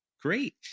Great